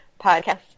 podcast